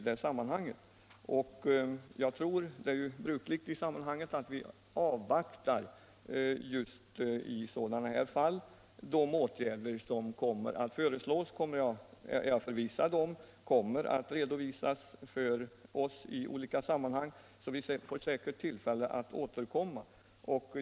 Det är ju brukligt i sådana här fall att avvakta de åtgärder som jag är förvissad om kommer att redovisas för riksdagen. Vi får säkert tillfälle att återkomma.